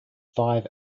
five